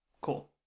cool